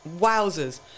Wowzers